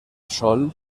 sol